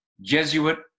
Jesuit